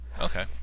Okay